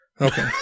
Okay